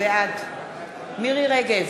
בעד מירי רגב,